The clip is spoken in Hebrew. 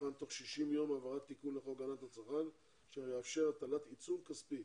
יבחן תוך 60 ימים העברת תיקון לחוק הגנת הצרכן שמאפשר הטלת עיצום כספי